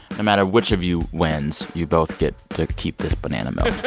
no matter which of you wins, you both get to keep this banana milk